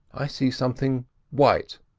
i see something white,